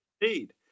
indeed